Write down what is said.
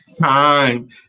time